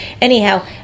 Anyhow